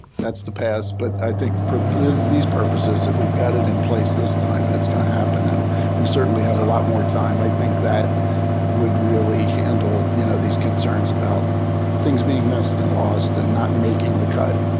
that's the past. but i think for these purposes, if we've got it in place this time and it's going to happen and we certainly have a lot more time, i think that would really handle, you know, these concerns about things being missed and lost and not making the cut.